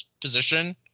position